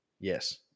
Yes